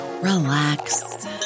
relax